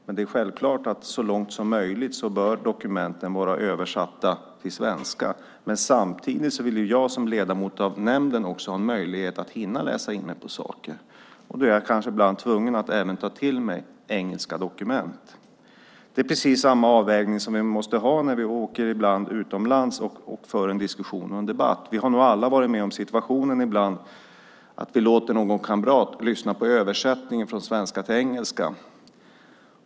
Det är självklart att dokumenten så långt som möjligt bör vara översatta till svenska. Samtidigt vill jag som ledamot av nämnden ha möjlighet att hinna läsa in mig på saker. Då är jag kanske ibland tvungen att även ta till mig engelska dokument. Det är precis samma avvägning som vi måste göra ibland när vi åker utomlands och för en diskussion och en debatt. Vi har nog alla varit med om situationen att vi låter någon kamrat lyssna på översättningen från svenska till engelska.